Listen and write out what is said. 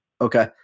Okay